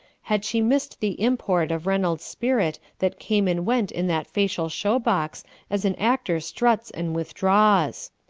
had she missed the import of reynolds' spirit that came and went in that facial show box as an actor struts and withdraws.